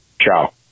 Ciao